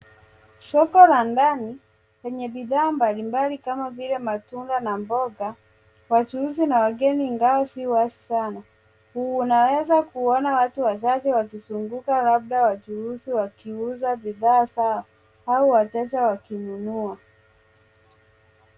Soko la ndani lenye bidhaa mbalimbali kama vile matunda na mboga, wachuuzi na wageni ingawa si wazi sana. Unaweza kuona watu wachache wakizunguka, labda wachuuzi wakiuza bidhaa zao au wateja wakinunua.